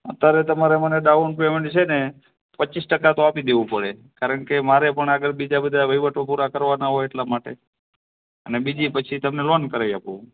અત્યારે તમારે મને ડાઉન પેમેન્ટ છે ને પચીસ ટકા તો આપી દેવું પડે કારણ કે મારે પણ આગળ બીજા બધા વહિવટો પૂરાં કરવાના હોય એટલા માટે અને બીજી પછી તમને લોન કરાવી આપું